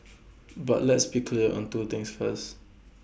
but let's be clear on two things first